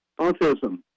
autism